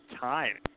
time